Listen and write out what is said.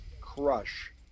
crush